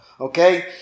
okay